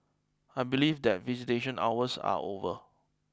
I believe that visitation hours are over